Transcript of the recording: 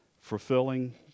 fulfilling